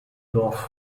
dorf